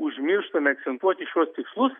užmirštame akcentuoti šiuos tikslus